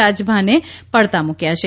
રાજભાને પડતા મૂકયા છે